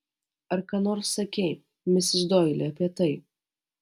ar ką nors sakei misis doili apie tai